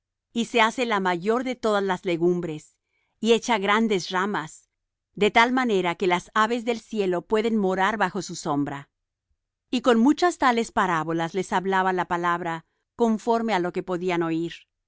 y se hace la mayor de todas las legumbres y echa grandes ramas de tal manera que las aves del cielo puedan morar bajo su sombra y con muchas tales parábolas les hablaba la palabra conforme á lo que podían oir